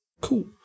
Cool